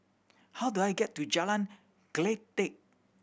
how do I get to Jalan Kledek